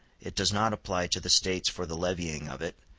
it does not apply to the states for the levying of it,